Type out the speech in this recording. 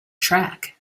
track